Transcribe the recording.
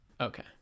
okay